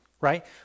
right